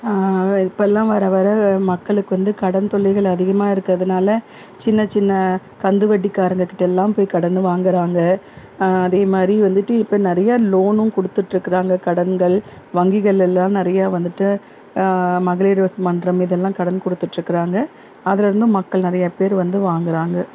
இப்பெல்லாம் வர வர மக்களுக்கு வந்து கடன் தொல்லைகள் அதிகமாக இருக்கிறதுனால சின்ன சின்ன கந்துவட்டிக்காரங்க கிட்டல்லாம் போய் கடன் வாங்குகிறாங்க அதேமாதிரி வந்துட்டு இப்போ நிறையா லோனும் கொடுத்துட்ருக்குறாங்க கடன்கள் வங்கிகள்ல எல்லாம் நிறைய வந்துட்டு மகளிர் விஸ் மன்றம் இதெல்லாம் கடன் கொடுத்துட்ருக்குறாங்க அதிலருந்தும் மக்கள் நிறையா பேர் வந்து வாங்குகிறாங்க